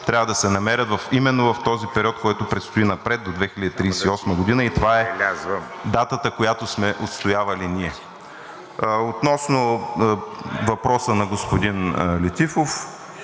трябва да се намерят именно в този период, който предстои напред – до 2038 г., и това е датата, която сме отстоявали ние. Относно въпроса на господин Летифов